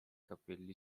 capelli